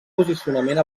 posicionament